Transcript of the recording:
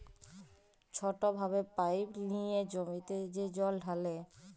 ছট ভাবে পাইপ লিঁয়ে জমিতে যে জল ঢালে